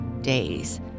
Days